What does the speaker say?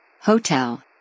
Hotel